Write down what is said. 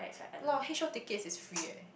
a lot of H_O ticket is free eh